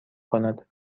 کند